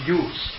use